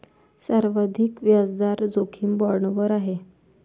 सर्वाधिक व्याजदर जोखीम बाँडवर आहे